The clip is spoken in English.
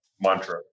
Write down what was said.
mantra